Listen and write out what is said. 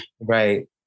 right